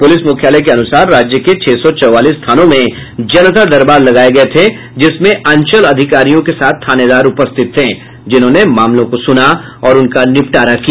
police मुख्यालय के अनुसार राज्य के छह सौ चौवालीस थानों में जनता दरबार लगाये गये थे जिसमें अंचल अधिकारियों के साथ थानेदार उपस्थित थे जिन्होंने मामलों को सुना और उनका निपटारा किया